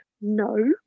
No